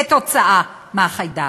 בגלל החיידק.